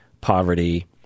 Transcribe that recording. poverty